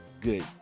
good